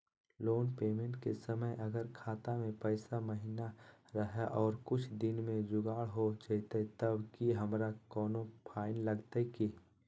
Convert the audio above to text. Loan payment के समय अगर खाता में पैसा महिना रहै और कुछ दिन में जुगाड़ हो जयतय तब की हमारा कोनो फाइन लगतय की?